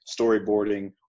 storyboarding